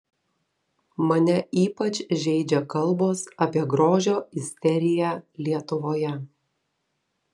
mane ypač žeidžia kalbos apie grožio isteriją lietuvoje